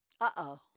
Uh-oh